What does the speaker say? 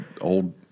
old